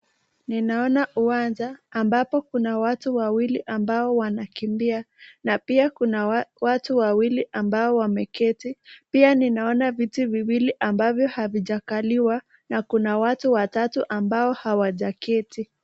Ninaona kiwanja ambapo Kuna watu wawili ambao wanakimbia na pia Kuna watu wawili ambao wameketi pia ninaona viti viwili ambavyo havijakaliwa na kuna watu watatu ambao hawachaketi.